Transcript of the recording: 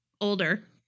older